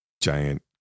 giant